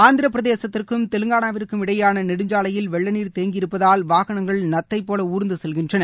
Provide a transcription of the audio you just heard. ஆந்திர பிரதேசத்திற்கும் தெலங்காளாவிற்கும் இடையேயான நெடுஞ்சாலையில் வெள்ளநீர் தேங்கி இருப்பதால் வாகனங்கள் நத்தைபோல் ஊர்ந்து செல்கின்றன